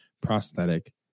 prosthetic